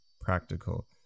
practical